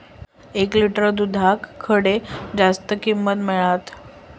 एक लिटर दूधाक खडे जास्त किंमत मिळात?